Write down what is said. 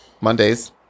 Mondays